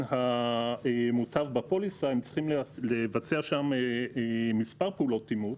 המוטב בפוליסה צריכים לבצע מספר פעולות אימות